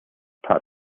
part